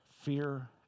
Fear